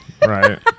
Right